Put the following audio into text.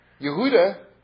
Yehuda